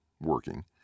working